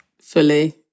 Fully